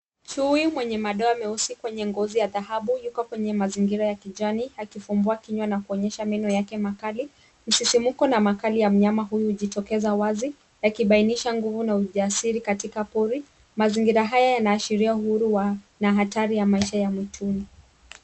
Chui mwenye madoa meusi kwenye ngozi ya dhahabu yuko kwenye mazingira ya kijani akifungua kinywa na kuonyesha meno yake makali. Msisimko na makali ya mnyama huyu hujitokeza wazi yakibainisha nguvu na ujasiri katika pori. Mazingira haya yanaashiria uhuru na hatari ya maisha ya mwituni.